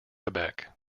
quebec